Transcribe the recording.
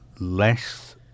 less